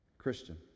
Christian